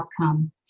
outcome